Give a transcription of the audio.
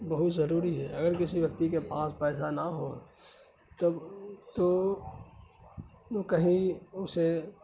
بہت ضروری ہے اگر کسی ویکتی کے پاس پیسہ نہ ہو تب تو وہ کہیں اسے